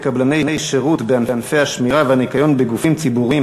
קבלני שירות בענפי השמירה והניקיון בגופים ציבוריים,